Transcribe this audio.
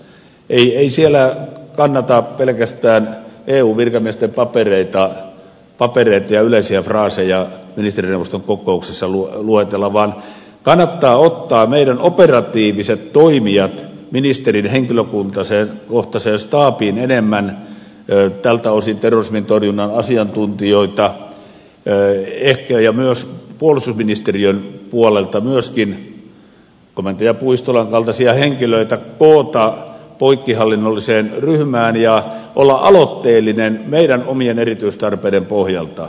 ei siellä kannata pelkästään eun virkamiesten papereita ja yleisiä fraaseja ministerineuvoston kokouksessa luetella vaan kannattaa ottaa meidän operatiiviset toimijamme ministerin henkilökohtaiseen staabiin enemmän tältä osin terrorismin torjunnan asiantuntijoita ehkä ja puolustusministeriön puolelta myöskin komentaja puistolan kaltaisia henkilöitä koota poikkihallinnolliseen ryhmään ja olla aloitteellinen meidän omien erityistarpeittemme pohjalta